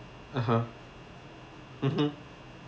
(uh huh) mmhmm